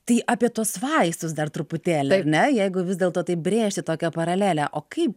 tai apie tuos vaistus dar truputėlį ar ne jeigu vis dėlto taip brėžti tokią paralelę o kaip